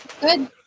good